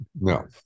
No